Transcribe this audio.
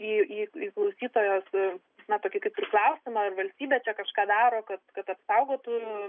į į į klausytojos na tokį kaip ir klausimą ar valstybė čia kažką daro kad kad apsaugotų